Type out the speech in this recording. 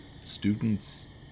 students